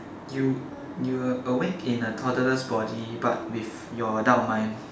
you you are awake in a toddler's body but with your adult mind